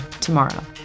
tomorrow